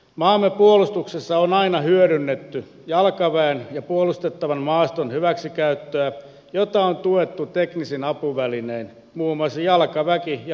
maamme puolustuksessa on aina hyödynnetty jalkaväen ja puolustettavan maaston hyväksikäyttöä jota on tuettu teknisin apuvälinein muun muassa jalkaväki ja panssarimiinoittein